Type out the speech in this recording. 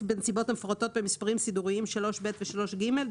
בנסיבות המפורטות במספרים ב סידוריים 3ב ו-3ג.